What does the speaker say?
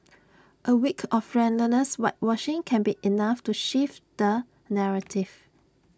A week of relentless whitewashing can be enough to shift the narrative